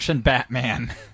Batman